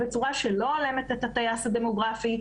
ובצורה שלא הולמת את הטייס הדמוגרפי.